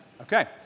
Okay